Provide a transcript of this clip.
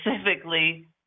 specifically